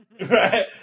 right